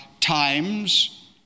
times